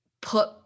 put